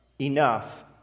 enough